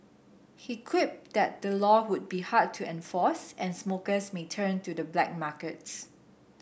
he quipped that the law would be hard to enforce and smokers may turn to the black markets